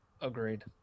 Agreed